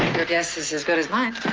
your guess is as good as mine.